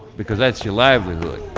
because that's your livelihood.